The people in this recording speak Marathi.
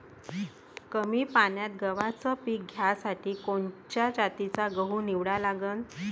कमी पान्यात गव्हाचं पीक घ्यासाठी कोनच्या जातीचा गहू निवडा लागन?